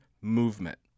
movement